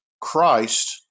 Christ